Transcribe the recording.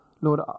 Lord